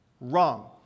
wrong